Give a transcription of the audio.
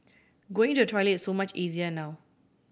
going to the toilet so much easier now